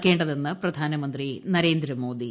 നടക്കേണ്ടതെന്ന് പ്രധാനമ്ത്രി നരേന്ദ്രമോദി